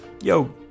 yo